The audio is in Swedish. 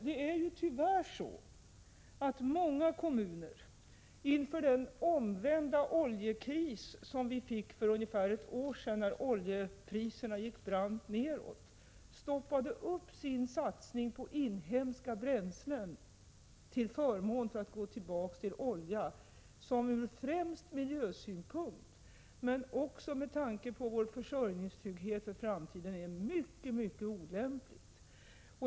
Det är tyvärr så att många kommuner inför den omvända oljekris som vi fick för ungefär ett år sedan, när oljepriserna gick brant nedåt, stoppade upp sin satsning på inhemska bränslen och gick tillbaka till olja, vilket från främst miljösynpunkt men också med tanke på vår försörjningstrygghet för framtiden är mycket olämpligt.